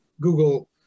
Google